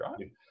right